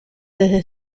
desde